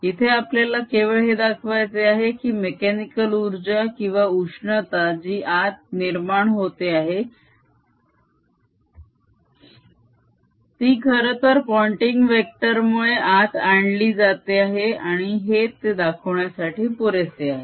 इथे आपल्याला केवळ हे दाखवायचे आहे की मेक्यानिकल उर्जा किंवा उष्णता जी आत निर्माण होते आहे ती खरंतर पोंटिंग वेक्टर मुळे आत आणली जाते आहे आणि हे ते दाखण्यासाठी पुरेसे आहे